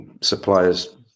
suppliers